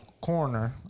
corner